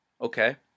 Okay